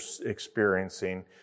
experiencing